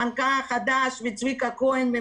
המנכ"ל החדש וצביקה כהן,